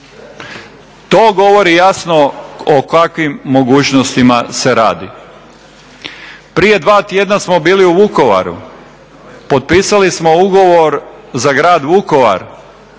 To govori jasno o kakvim mogućnostima se radi. Prije dva tjedana smo bili u Vukovaru, potpisali smo ugovor za Grad Vukovar,